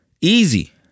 easy